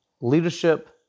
leadership